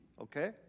okay